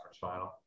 final